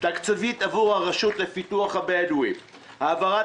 תקציבים עבור הרשות לפיתוח הבדואים; העברת